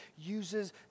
uses